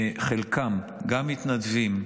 חלקם גם מתנדבים,